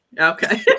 Okay